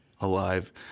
Alive